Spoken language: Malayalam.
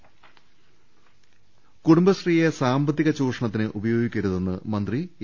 രദ്ദേഷ്ടങ കുടുംബശ്രീയെ സാമ്പത്തിക ചൂഷണത്തിന് ഉപയോഗിക്കരുതെന്ന് മന്ത്രി എ